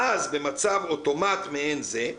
או אז, במצב 'אוטומט' מעין זה,